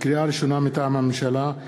לקריאה ראשונה, מטעם הממשלה: